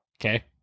okay